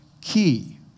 key